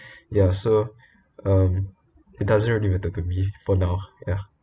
ya so um it doesn't really matter to me for now ta